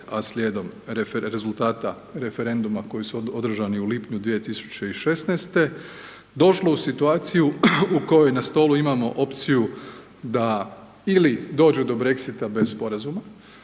a slijedom rezultata referenduma, koji su održani u lipnju 2016. došli u situaciji u kojoj na stolu imamo opciju, da ili dođu do Brexita bez sporazuma.